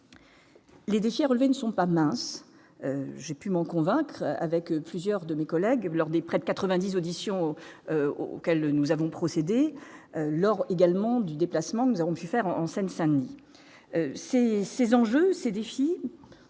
Les défis à relever ne sont pas minces, j'ai pu m'en convaincre avec plusieurs de mes collègues lors des près de 90 auditions auxquelles nous avons procédé lors également du déplacement, nous avons pu faire en Seine-Saint-Denis ces ces enjeux ces défis,